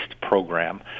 program